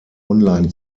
online